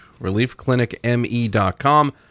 reliefclinicme.com